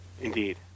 Indeed